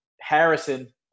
Harrison